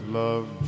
love